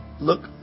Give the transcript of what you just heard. look